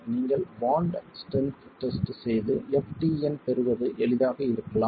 நீங்கள் bond strength test செய்து ftn பெறுவது எளிதாக இருக்கலாம்